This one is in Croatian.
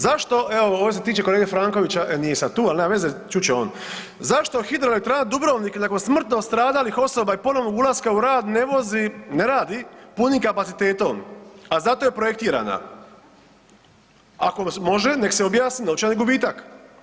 Zašto, evo ovo se tiče kolege Frankovića, nije sad tu, al nema veze, čut će on, zašto hidroelektrana Dubrovnik nakon smrtno stradalih osoba i ponovnog ulaska u rad ne vozi, ne radi punim kapacitetom, a za to je projektirana, ako može nek se objasni novčani gubitak?